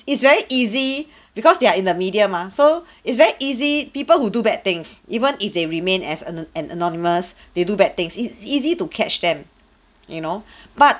it's very easy because they are in the media mah so it's very easy people who do bad things even if they remain as a an anonymous they do bad things it's easy to catch them you know but